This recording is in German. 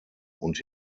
und